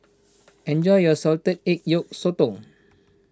enjoy your Salted Egg Yolk Sotong